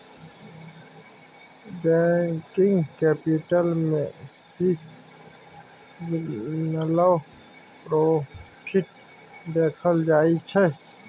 working capital में सीजनलो profit देखल जाइ छइ